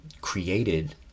created